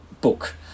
book